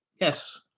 Yes